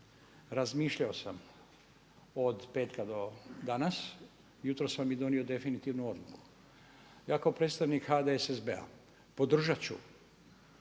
Razmišljao sam od petka do danas, jutros sam i donio definitivnu odluku. Ja kao predstavnik HDSSB-a podržat ću